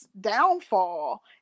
downfall